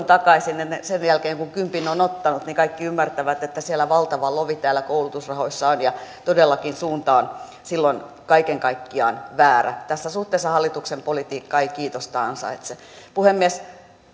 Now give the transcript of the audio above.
takaisin sen jälkeen kun kympin on ottanut niin kuten kaikki ymmärtävät valtava lovi täällä koulutusrahoissa on ja todellakin suunta on silloin kaiken kaikkiaan väärä tässä suhteessa hallituksen politiikka ei kiitosta ansaitse puhemies